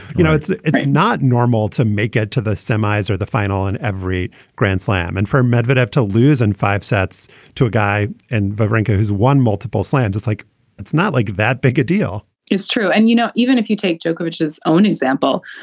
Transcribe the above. you know, it's it's not normal to make it to the semis or the final and every grand slam and for medvedev to lose and five sets to a guy and but wawrinka who's won multiple slams, it's like it's not like that big a deal it's true. and, you know, even if you take djokovic his own example,